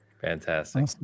Fantastic